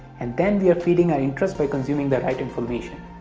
and then we are feeding our interest by consuming the right information